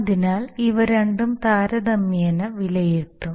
അതിനാൽ ഇവ രണ്ടും താരതമ്യേന വിലയിരുത്തും